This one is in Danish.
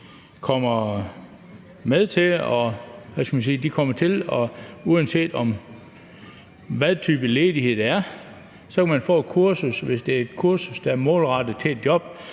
få et kursus, og uanset hvilken type ledighed der er, kan de få et kursus, hvis det er et kursus, der er målrettet et job